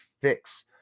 fix